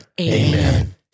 Amen